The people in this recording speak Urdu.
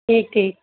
ٹھیک ٹھیک